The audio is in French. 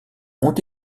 ont